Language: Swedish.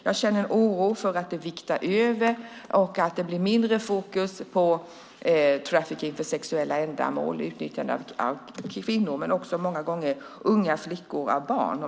Jag känner oro för att det viktar över och blir mindre fokus på trafficking för sexuella ändamål, utnyttjande av kvinnor och många gånger unga flickor och barn.